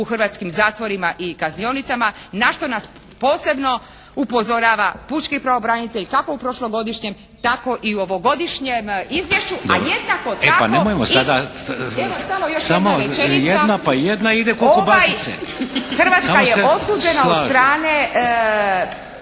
u hrvatskim zatvorima i kaznionicama na što nas posebno upozorava pučki pravobranitelj kako u prošlogodišnjem, tako i u ovogodišnjem izvješću, a jednako tako i evo… …/Predsjednik: Dobro. E pa nemojmo sada samo